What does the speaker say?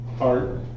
Art